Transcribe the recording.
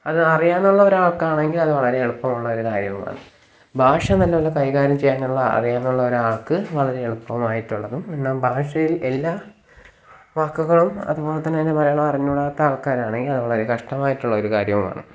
അത് അറിയാവുന്നുള്ള ഒരാൾക്കാണെങ്കിൽ അത് വളരെ എളുപ്പമുള്ള ഒരു കാര്യവുമാണ് ഭാഷ നല്ലത് പോലെ കൈകാര്യം ചെയ്യാനുള്ള അറിയാവുന്നുള്ള ഒരാൾക്ക് വളരെ എളുപ്പമായിട്ടുള്ളതും എന്നാൽ ഭാഷയിൽ എല്ലാ വാക്കുകളും അതുപോലെതന്നെ അതിൻ്റെ മലയാളവും അറിഞ്ഞൂടാത്ത ആൾക്കാരാണെങ്കിൽ അത് വളരെ കഷ്ടമായിട്ടുള്ള ഒരു കാര്യവുമാണ്